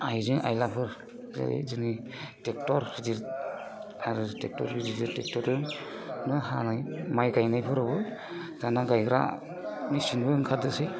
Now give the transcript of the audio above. आयजें आयलाफोर जेरै दिनै ट्रेक्ट'र गिदिर आरो बिदिनो ट्रेक्ट'रजोंनो हानाय माइ गायनायफोरावबो दानिया गायग्रा मेसिनबो ओंखारदोंसै